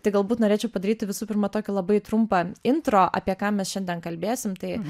tai galbūt norėčiau padaryti visų pirma tokį labai trumpą intro apie ką mes šiandien kalbėsim tai